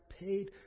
paid